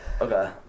Okay